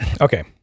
Okay